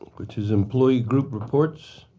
which is employee group reports.